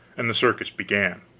and the circus began.